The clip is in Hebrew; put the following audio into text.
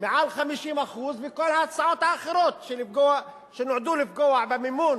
מעל 50% וכל ההצעות האחרות שנועדו לפגוע במימון